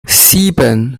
sieben